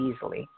easily